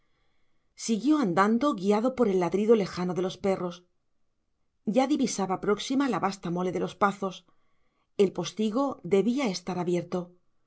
siguió andando guiado por el ladrido lejano de los perros ya divisaba próxima la vasta mole de los pazos el postigo debía estar abierto